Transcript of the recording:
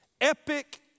epic